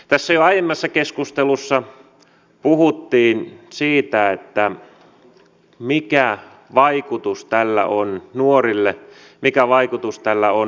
tässä jo aiemmassa keskustelussa puhuttiin siitä mikä vaikutus tällä on nuorille mikä vaikutus tällä on lapsille